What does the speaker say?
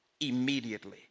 immediately